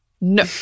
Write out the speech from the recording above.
No